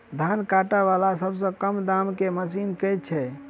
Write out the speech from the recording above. धान काटा वला सबसँ कम दाम केँ मशीन केँ छैय?